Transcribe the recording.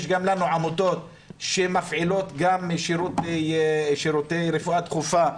גם לנו יש עמותות שמפעילות גם שירותי רפואה דחופה,